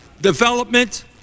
development